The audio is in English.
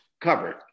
covered